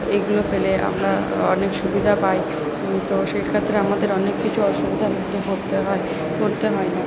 এগুলো পেলে আমরা অনেক সুবিধা পাই তো সে ক্ষেত্রে আমাদের অনেক কিছু অসুবিধার মধ্যে পড়তে হয় পড়তে হয় না